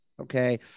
Okay